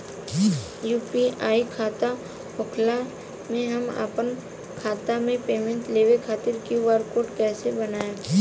UPI खाता होखला मे हम आपन खाता मे पेमेंट लेवे खातिर क्यू.आर कोड कइसे बनाएम?